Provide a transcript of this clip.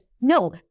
No